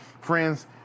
Friends